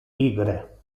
pigre